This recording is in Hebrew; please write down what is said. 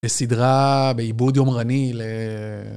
לסדרה בעיבוד יומרני ל...